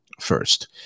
first